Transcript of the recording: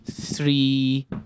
three